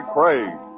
Craig